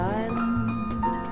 island